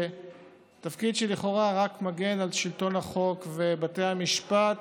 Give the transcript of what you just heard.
תפקיד שלכאורה רק מגן על שלטון החוק ובתי המשפט,